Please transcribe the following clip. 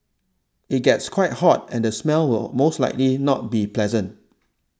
it gets quite hot and the smell will most likely not be pleasant